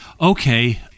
Okay